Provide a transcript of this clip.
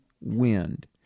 wind